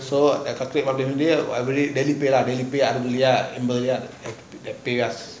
so I calculate